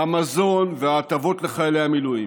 המזון וההטבות לחיילי המילואים.